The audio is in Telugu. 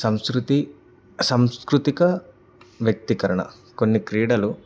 సంస్కృతి సంస్కృతిక వ్యక్తికరణ కొన్ని క్రీడలు